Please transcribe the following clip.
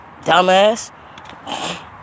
dumbass